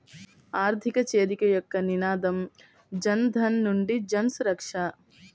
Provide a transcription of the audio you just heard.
ఆర్థిక చేరిక యొక్క నినాదం జనధన్ నుండి జన్సురక్ష